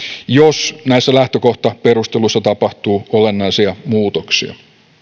jos näissä lähtökohtaperusteluissa tapahtuu olennaisia muutoksia